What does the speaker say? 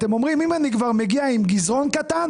אתם אומרים: אם כבר אני מגיע עם גזרון קטן